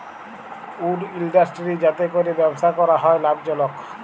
would industry যাতে ক্যরে ব্যবসা ক্যরা হ্যয় লাভজলক